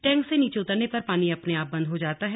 tank से नीचे उतरने पर पानी अपने आप बन्द हो जाता है